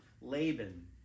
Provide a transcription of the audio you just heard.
Laban